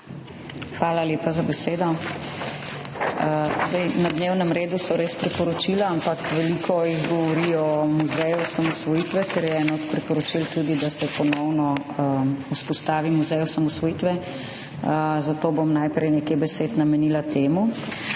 Hvala lepa za besedo. Na dnevnem redu so res priporočila, ampak veliko jih govori o muzeju osamosvojitve, ker je eno od priporočil tudi, da se ponovno vzpostavi muzej osamosvojitve, zato bom najprej nekaj besed namenila temu.